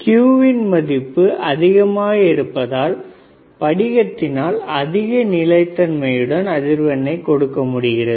Q வின் மதிப்பு அதிகமாக இருப்பதால் படிகத்தினால் அதிக நிலைத்தன்மையுடன் அதிர்வெண்ணை கொடுக்க முடிகிறது